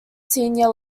senior